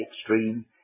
extreme